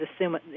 assume